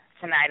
tonight